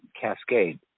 cascade